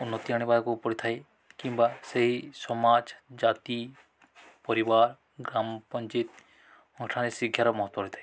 ଉନ୍ନତି ଆଣିବାକୁ ପଡ଼ିଥାଏ କିମ୍ବା ସେହି ସମାଜ ଜାତି ପରିବାର ଗ୍ରାମ ପଞ୍ଚାୟତ ଶିକ୍ଷାର ମହତ୍ତ୍ୱ ପଡ଼ିଥାଏ